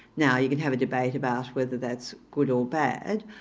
now you can have a debate about whether that's good or bad.